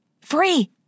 Free